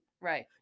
right